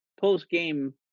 post-game